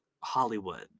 hollywood